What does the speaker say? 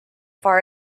far